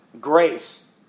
grace